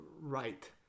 right